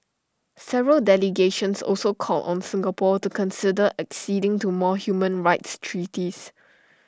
several delegations also called on Singapore to consider acceding to more human rights treaties